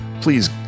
please